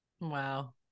Wow